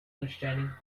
understanding